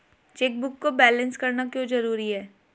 Chequebook को balance करना क्यों जरूरी है?